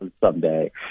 someday